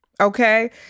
okay